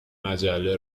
مجله